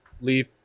leave